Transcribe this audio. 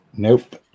Nope